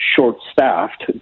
short-staffed